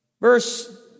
verse